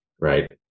right